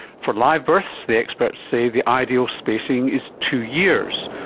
for live births the experts say the ideal spacing is two years.